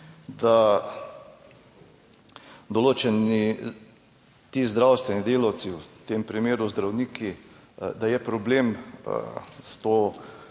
da določeni ti zdravstveni delavci, v tem primeru zdravniki, da je problem s to